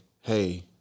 hey